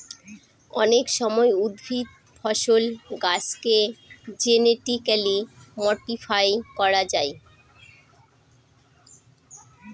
অনেক সময় উদ্ভিদ, ফসল, গাছেকে জেনেটিক্যালি মডিফাই করা হয়